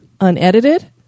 unedited